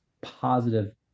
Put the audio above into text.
positive